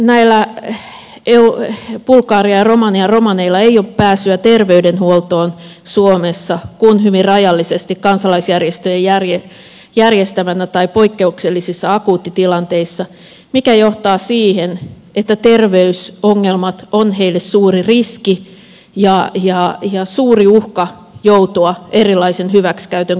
näillä bulgarian ja romanian romaneilla ei ole myöskään pääsyä terveydenhuoltoon suomessa kuin hyvin rajallisesti kansalaisjärjestöjen järjestämänä tai poikkeuksellisissa akuuttitilanteissa mikä johtaa siihen että terveysongelmat ovat heille suuri riski ja suuri uhka joutua erilaisen hyväksikäytön kohteeksi